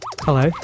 Hello